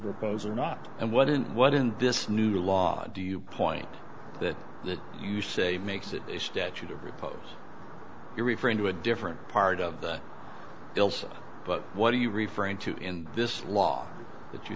riposte or not and what in what in this new law do you point that you say makes it a statute of repose you're referring to a different part of the bills but what are you referring to in this law that you